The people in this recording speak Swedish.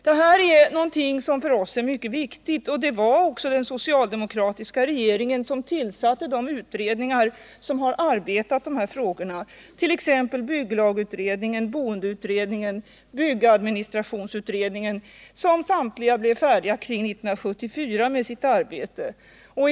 Det här är en fråga som är mycket viktig för oss socialdemokrater. Det var också den socialdemokratiska regeringen som tillsatte de utredningar som har arbetat med och lagt fram förslag i de här frågorna, t.ex. bygglagutredningen, boendeutredningen och byggadministrationsutredningen, som samtliga blev färdiga med sitt arbete kring 1974.